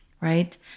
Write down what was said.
right